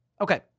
Okay